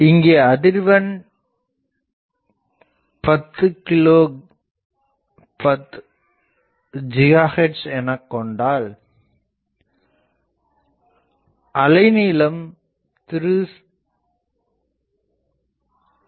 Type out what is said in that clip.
இங்கே அதிர்வெண் 10 GHz எனக் கொண்டால் அலைநீளம் 3